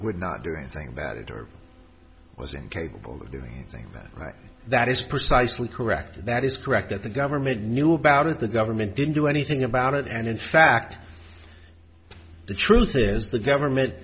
would not do anything that it was incapable of doing think that that is precisely correct that is correct that the government knew about it the government didn't do anything about it and in fact the truth is the government